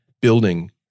building